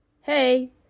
Hey